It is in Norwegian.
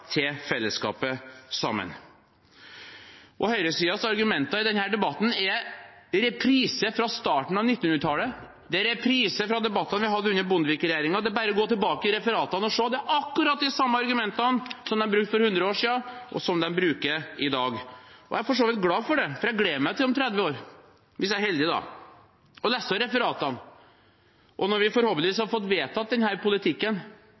til fellesskapet sammen. Og høyresidens argumenter i denne debatten er en reprise fra starten av 1900-tallet, det er en reprise fra debattene vi hadde under Bondevik-regjeringen – det er bare å gå tilbake i referatene og se. Det er akkurat de samme argumentene som de brukte for 100 år siden, som de bruker i dag. Jeg er for så vidt glad for det, for jeg gleder meg til om 30 år – hvis jeg er heldig, da – å lese referatene, når vi forhåpentligvis har fått vedtatt denne politikken